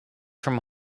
from